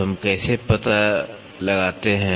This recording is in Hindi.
तो हम कैसे पता लगाते हैं